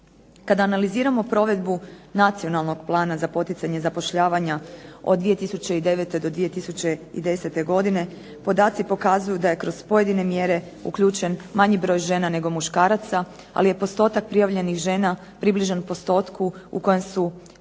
Kada analiziramo provedbu Nacionalnog plana za poticanje zapošljavanja od 2009. do 2010. godine podaci pokazuju da je kroz pojedine mjere uključen manji broj žena nego muškaraca, ali je postotak prijavljenih žena približan postotku u kojem su postale